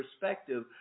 perspective